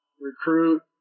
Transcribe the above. recruit